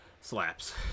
slaps